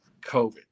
COVID